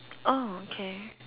oh okay